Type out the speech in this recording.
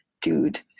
dude